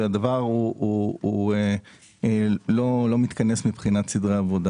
והדבר לא מתכנס מבחינת סדרי עבודה.